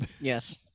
Yes